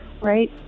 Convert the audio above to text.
right